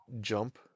jump